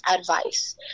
advice